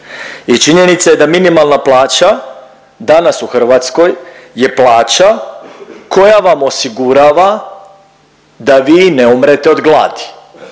I činjenica je da minimalna plaća danas u Hrvatskoj je plaća koja vam osigurava da vi ne umrete od gladi,